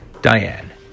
Diane